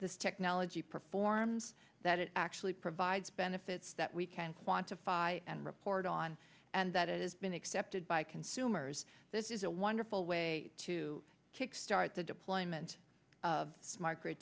this technology performs that it actually provides benefits that we can quantify and report on and that it has been accepted by consumers this is a wonderful way to kick start the deployment of